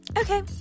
Okay